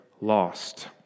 lost